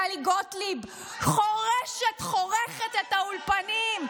טלי גוטליב חורשת, חורכת את האולפנים.